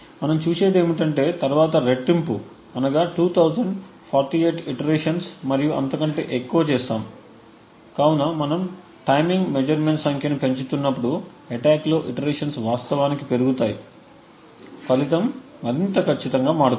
మనం చూసేది ఏమిటంటే తరువాత రెట్టింపు అనగా 2048 ఇటరేషన్స్ మరియు అంతకంటే ఎక్కువ చేస్తాము కాబట్టి మనం టైమింగ్ మెజర్మెంట్స్సంఖ్యను పెంచుతున్నప్పుడు అటాక్ లో ఇటరేషన్స్ వాస్తవానికి పెరుగుతాయి ఫలితం మరింత ఖచ్చితంగా మారుతుంది